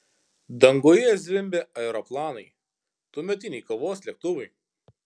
danguje zvimbė aeroplanai tuometiniai kovos lėktuvai